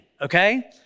okay